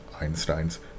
Einstein's